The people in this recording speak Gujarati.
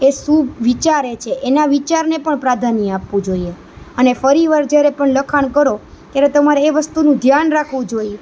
એ શું વિચારે છે એના વિચારને પણ પ્રાધાન્ય આપવું જોઈએ અને ફરી વાર જ્યારે પણ લખાણ કરો ત્યારે તમારે એ વસ્તુનું ધ્યાન રાખવું જોઈએ